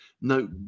no